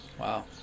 Wow